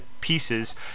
pieces